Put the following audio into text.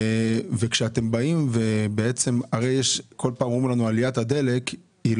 וכשאתם באים ואתם בעצם אומרים לנו כל פעם שעליית הדלק לא